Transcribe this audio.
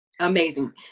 Amazing